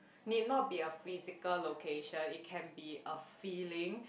need not be a physical location it can be a feeling